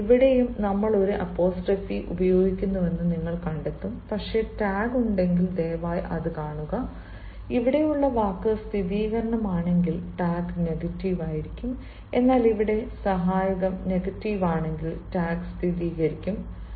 അതിനാൽ ഇവിടെയും നമ്മൾ ഒരു അപ്പോസ്ട്രോഫി ഉപയോഗിക്കുന്നുവെന്ന് നിങ്ങൾ കണ്ടെത്തും പക്ഷേ ടാഗ് ഉണ്ടെങ്കിൽ ദയവായി അത് കാണുക ഇവിടെയുള്ള വാക്ക് സ്ഥിരീകരണമാണെങ്കിൽ ടാഗ് നെഗറ്റീവ് ആയിരിക്കും എന്നാൽ ഇവിടെ സഹായകം നെഗറ്റീവ് ആണെങ്കിൽ ടാഗ് സ്ഥിരീകരിക്കും